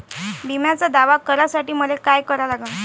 बिम्याचा दावा करा साठी मले का करा लागन?